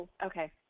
Okay